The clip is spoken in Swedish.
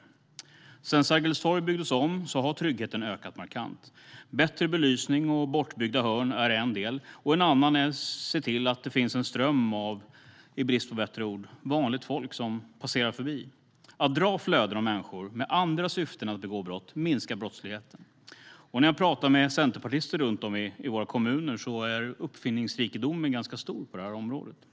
Sedan Sergels torg byggdes om har tryggheten ökat markant. Bättre belysning och bortbyggda hörn är en del, och en annan är att se till att det finns en ström av, i brist på bättre ord, vanligt folk som passerar förbi. Flöden av människor med andra syften än att begå brott minskar brottsligheten. När jag pratar med centerpartister runt om i våra kommuner är uppfinningsrikedomen stor på det här området.